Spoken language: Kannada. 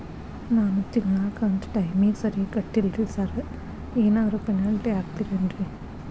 ನಾನು ತಿಂಗ್ಳ ಕಂತ್ ಟೈಮಿಗ್ ಸರಿಗೆ ಕಟ್ಟಿಲ್ರಿ ಸಾರ್ ಏನಾದ್ರು ಪೆನಾಲ್ಟಿ ಹಾಕ್ತಿರೆನ್ರಿ?